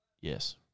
Yes